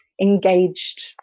engaged